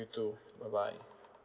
you too bye bye